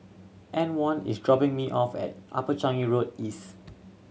Antwon is dropping me off at Upper Changi Road East